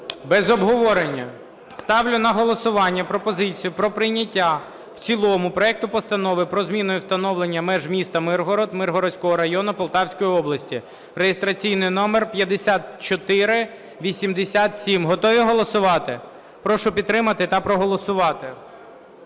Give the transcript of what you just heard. Без обговорення. Ставлю на голосування пропозицію про прийняття в цілому проекту Постанови про зміну і встановлення меж міста Миргорода Миргородського району Полтавської області (реєстраційний номер 5487). Готові голосувати? Прошу підтримати та проголосувати.